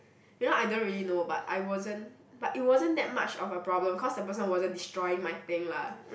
you know I don't really know but I wasn't but it wasn't that much of a problem cause the person wasn't destroying my thing lah